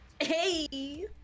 Hey